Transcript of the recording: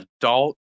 adult